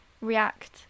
react